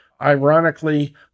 Ironically